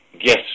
yes